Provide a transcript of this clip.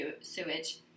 sewage